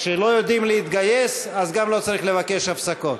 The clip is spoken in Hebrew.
כשלא יודעים להתגייס אז גם לא צריך לבקש הפסקות.